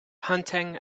hunting